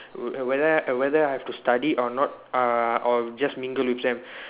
whether whether I have to study or not uh or just mingle with them